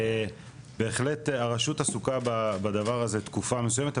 בהחלט הרשות עסוקה בדבר הזה תקופה מסוימת,